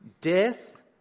death